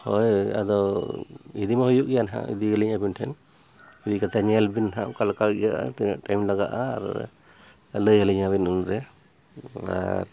ᱦᱳᱭ ᱟᱫᱚ ᱤᱫᱤ ᱢᱟ ᱦᱩᱭᱩᱜ ᱜᱮᱭᱟ ᱱᱟᱦᱟᱜ ᱤᱫᱤ ᱟᱹᱞᱤᱧ ᱟᱵᱤᱱ ᱴᱷᱮᱱ ᱤᱫᱤ ᱠᱟᱛᱮᱫ ᱧᱮᱞ ᱵᱤᱱ ᱱᱟᱦᱟᱜ ᱚᱠᱟ ᱞᱮᱠᱟ ᱜᱮᱭᱟ ᱛᱤᱱᱟᱹᱜ ᱴᱟᱭᱤᱢ ᱞᱟᱜᱟᱜᱼᱟ ᱟᱨ ᱞᱟᱹᱭ ᱟᱹᱞᱤᱧᱟ ᱵᱤᱱ ᱩᱱᱨᱮ ᱟᱨ